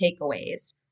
takeaways